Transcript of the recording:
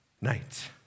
night